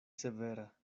severa